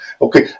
Okay